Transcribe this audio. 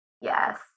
Yes